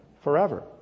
forever